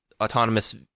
autonomous